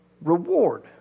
reward